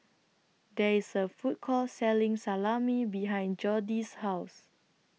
There IS A Food Court Selling Salami behind Jody's House